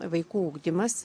vaikų ugdymas